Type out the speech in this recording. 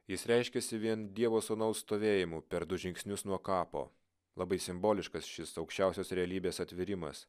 jis reiškiasi vien dievo sūnaus stovėjimu per du žingsnius nuo kapo labai simboliškas šis aukščiausios realybės atvėrimas